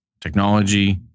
Technology